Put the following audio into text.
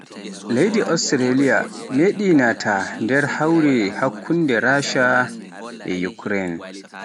Leydi Australiya, midi naata nder haure hakkunde Rasha e Ukraine.